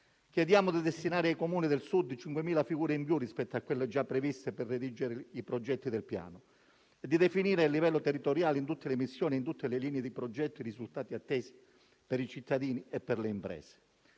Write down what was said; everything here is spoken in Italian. Chiediamo di destinare ai Comuni del Sud 5.000 figure in più rispetto a quelle già previste per redigere i progetti del Piano e di definire il livello territoriale in tutte le sue missioni, linee di progetto e risultati attesi per i cittadini e le imprese.